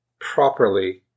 properly